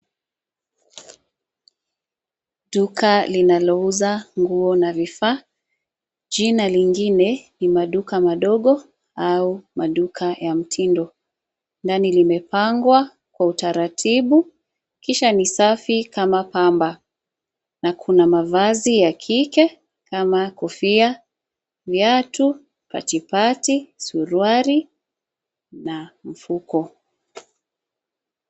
Duka linalouza nguo na vifaa. Jina lingine ni maduka madogo au maduka ya mtindo. Ndani limepangwa kwa utaratibu, kisha ni safi kama pamba na kuna mavazi ya kike kama: kofia, viatu, patipati, suruali na mfuko.